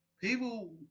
people